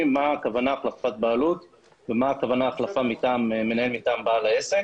מה הכוונה החלפת בעלות ומה הכוונה החלפת מנהל מטעם בעל העסק